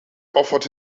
offered